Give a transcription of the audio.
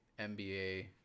NBA